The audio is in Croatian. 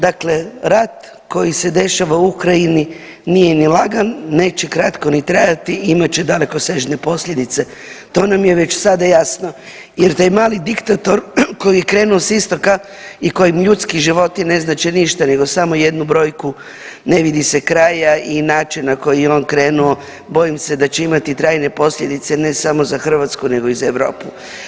Dakle, rat koji se dešava u Ukrajini nije ni lagan, neće kratko ni trajati i imat će dalekosežne posljedice to nam je već sada jasno jer taj mali diktator koji je krenuo s istoka i kojem ljudski životi ne znače ništa nego samo jednu brojku ne vidi se kraja i način na koji ja on krenuo bojim se da će imati trajne posljedice ne samo za Hrvatsku nego i za Europu.